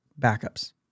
backups